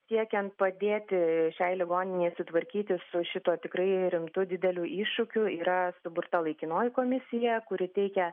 siekiant padėti šiai ligoninei sutvarkyti su šituo tikrai rimtu dideliu iššūkiu yra suburta laikinoji komisija kuri teikia